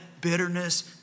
bitterness